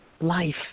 life